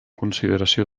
consideració